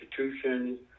institutions